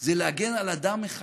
זה להגן על אדם אחד,